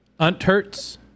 Unterts